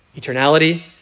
eternality